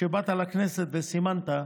כשבאת לכנסת וסימנת,